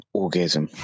orgasm